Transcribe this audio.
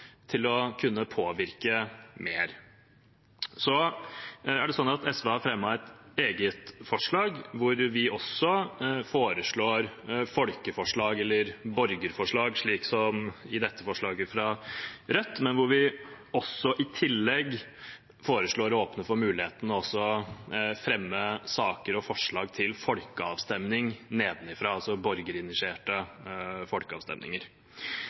å kunne påvirke mer på. SV har fremmet et eget forslag der vi foreslår folkeforslag eller borgerforslag, slik som i dette forslaget fra Rødt, men der vi i tillegg foreslår å åpne for muligheten til å fremme saker og forslag til folkeavstemning nedenfra, altså borgerinitierte folkeavstemninger.